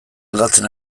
aldatzen